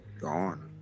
gone